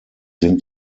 sind